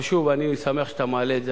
אבל, שוב, אני שמח שאתה מעלה את זה.